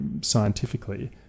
scientifically